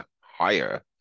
higher